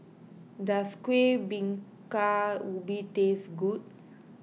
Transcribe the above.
does Kueh Bingka Ubi taste good